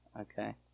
Okay